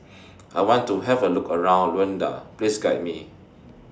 I want to Have A Look around Luanda Please Guide Me